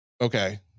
okay